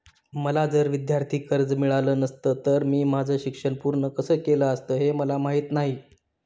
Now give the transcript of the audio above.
मला जर विद्यार्थी कर्ज मिळालं नसतं तर मी माझं शिक्षण पूर्ण कसं केलं असतं, हे मला माहीत नाही